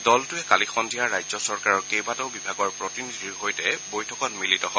দলটোৱে কালি সদ্ধিয়া ৰাজ্য চৰকাৰৰ কেইবাটাও বিভাগৰ প্ৰতিনিধিৰ সৈতে বৈঠকত মিলিত হয়